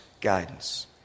guidance